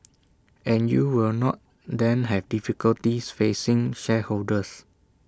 and you will not then have difficulties facing shareholders